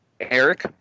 Eric